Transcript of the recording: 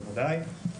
בוודאי.